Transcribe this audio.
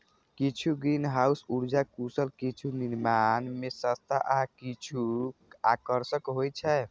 किछु ग्रीनहाउस उर्जा कुशल, किछु निर्माण मे सस्ता आ किछु आकर्षक होइ छै